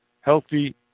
Healthy